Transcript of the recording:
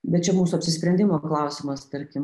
bet čia mūsų apsisprendimo klausimas tarkim